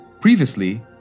Previously